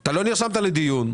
אתה לא נרשמת לדיון,